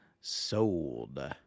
sold